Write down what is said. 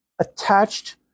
attached